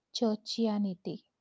churchianity